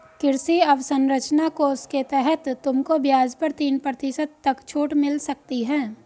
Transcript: कृषि अवसरंचना कोष के तहत तुमको ब्याज पर तीन प्रतिशत तक छूट मिल सकती है